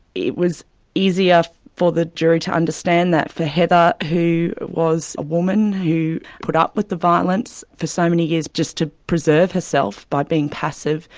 it was easier for the jury to understand that. for heather was a woman who put up with the violence for so many years just to preserve herself, by being passive,